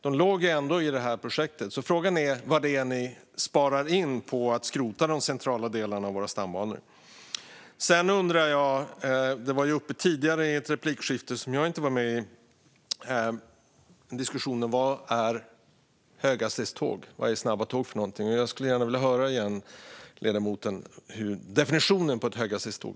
De låg ju i det här projektet, så frågan är vad man sparar in på att skrota de centrala delarna av stambanorna. Jag undrar också över något som var uppe i ett tidigare replikskifte som jag inte var med i. Diskussionen handlade om vad snabba tåg är. Jag vill gärna höra ledamotens definition av ett höghastighetståg.